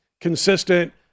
consistent